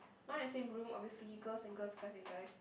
not in the same room obviously girls and girls guys and guys